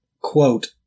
quote